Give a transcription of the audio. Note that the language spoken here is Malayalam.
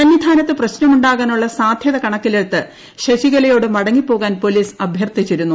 സന്നിധാനത്ത് പ്രശ്നമുണ്ടാകാനുള്ള സാധ്യത കണക്കിലെടുത്ത് ശശികലയോട് മടങ്ങി പോകാൻ പൊലീസ് അഭ്യർത്ഥിച്ചിരുന്നു